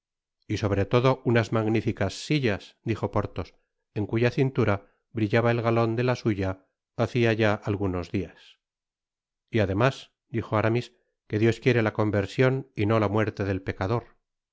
y sobre todo unas magnificas sillas dijo porthos en cuya cintura brillaba el galon de la suya hacia ya algunos dias y además dijo aramis que dios quiere la conversion y no la muerte del pecador